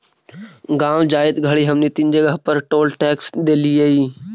गाँव जाइत घड़ी हमनी तीन जगह पर टोल टैक्स देलिअई